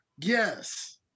yes